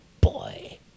boy